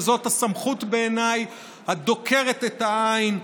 וזאת בעיניי הסמכות הדוקרת את העין,